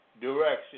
direction